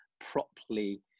properly